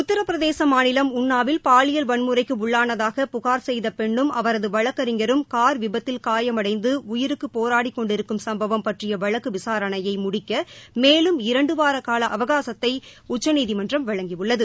உத்தரப்பிரதேச மாநிலம் உன்னாவில் பாலியல் வன்முறைக்கு உள்ளானதாக புகார் செய்த பெண்ணும் அவரது வழக்கறிஞரும் கார் விபத்தில் காயமடைந்து உயிருக்கு போராடிக்கொண்டிருக்கும் சும்பவம் பற்றிய வழக்கு விசாரணையை முடிக்க மேலும் இரண்டுவார அவகாசத்தை உச்சநீதிமன்றம் வழங்கியுள்ளது